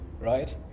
right